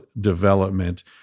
development